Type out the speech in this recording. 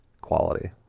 quality